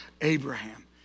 Abraham